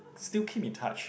still keep in touch